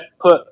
put